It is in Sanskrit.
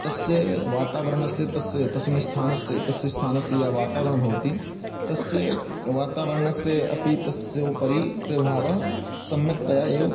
तस्य वातावरणस्य तस्य तस्मिन् स्थानस्य तस्य स्थानस्य या वातावरणं भवति तस्य वातावरणस्य अपि तस्य उपरि प्रभाव सम्यक्तया एव